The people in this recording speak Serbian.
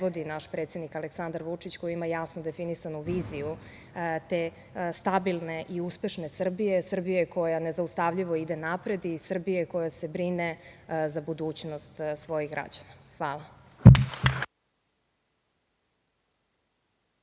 naš predsednik Aleksandar Vučić, koji ima jasno definisanu viziju te stabilne i uspešne Srbije, Srbije koja nezaustavljivo ide napred i Srbije koja se brine za budućnost svojih građana. Hvala.